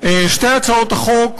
שתי הצעות החוק,